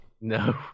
No